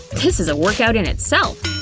this is a workout in itself!